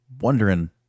wondering